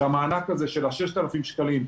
שהמענק הזה של ה-6,000 שקלים,